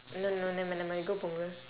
no no nevermind nevermind we go punggol